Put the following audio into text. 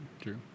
True